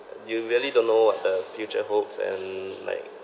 you really don't know what the future holds and like